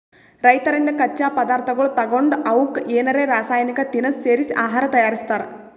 ರೈತರಿಂದ್ ಕಚ್ಚಾ ಪದಾರ್ಥಗೊಳ್ ತಗೊಂಡ್ ಅವಕ್ಕ್ ಏನರೆ ರಾಸಾಯನಿಕ್ ತಿನಸ್ ಸೇರಿಸಿ ಆಹಾರ್ ತಯಾರಿಸ್ತಾರ್